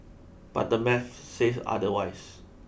but the math says otherwise